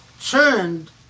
turned